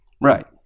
Right